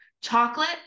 Chocolate